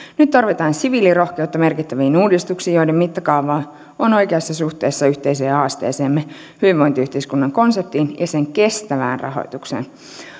nyt tarvitaan siviilirohkeutta merkittäviin uudistuksiin joiden mittakaava on oikeassa suhteessa yhteiseen haasteeseemme hyvinvointiyhteiskunnan konseptiin ja sen kestävään rahoitukseen